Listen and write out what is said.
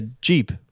Jeep